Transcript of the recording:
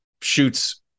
shoots